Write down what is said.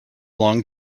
long